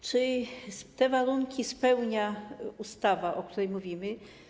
Czy te warunki spełnia ustawa, o której mówimy?